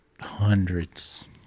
hundreds